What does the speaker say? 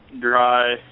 dry